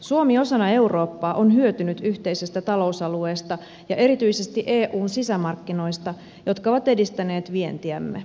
suomi osana eurooppaa on hyötynyt yhteisestä talousalueesta ja erityisesti eun sisämarkkinoista jotka ovat edistäneet vientiämme